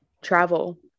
travel